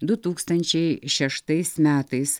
du tūkstančiai šeštais metais